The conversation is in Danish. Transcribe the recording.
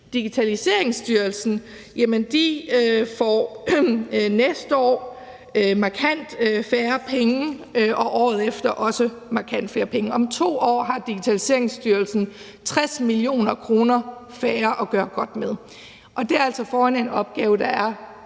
Digitaliseringsstyrelsen får næste år markant færre penge og året efter også markant færre penge. Om 2 år har Digitaliseringsstyrelsen 60 mio. kr. færre at gøre godt med. Det er altså, når de står over for en